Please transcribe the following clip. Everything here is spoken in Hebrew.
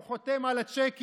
הוא חותם על הצ'קים,